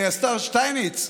השר שטייניץ,